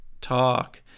talk